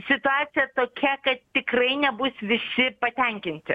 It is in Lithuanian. situacija tokia kad tikrai nebus visi patenkinti